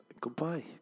goodbye